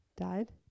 Died